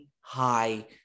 high